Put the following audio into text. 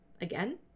again